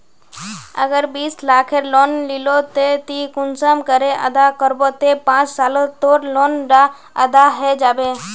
अगर बीस लाखेर लोन लिलो ते ती कुंसम करे अदा करबो ते पाँच सालोत तोर लोन डा अदा है जाबे?